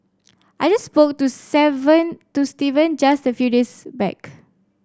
I just spoke to seven to Steven just a few days back